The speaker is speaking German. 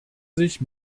sich